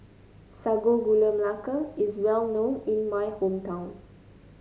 Sago Gula Melaka is well known in my hometown